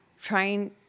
trying